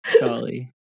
Golly